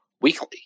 weekly